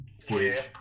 footage